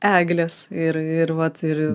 eglės ir ir vat ir